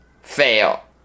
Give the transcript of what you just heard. fail